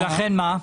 ולכן מה?